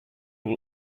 will